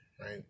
right